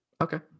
Okay